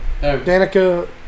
Danica